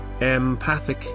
empathic